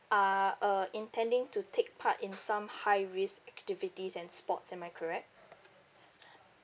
are uh intending to take part in some high risk activities and sports am I correct